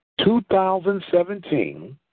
2017